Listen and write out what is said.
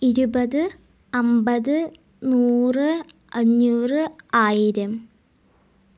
ഇരുപത് അമ്പത് നൂറ് അഞ്ഞൂറ് ആയിരം